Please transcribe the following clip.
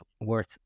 worth